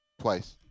Twice